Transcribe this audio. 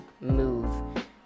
move